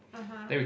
(uh huh)